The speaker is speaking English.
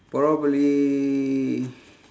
probably